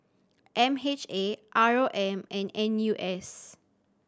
M H A R O M and N U S